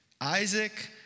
Isaac